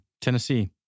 Tennessee